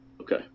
Okay